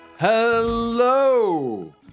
Hello